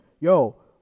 Yo